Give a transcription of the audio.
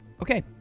Okay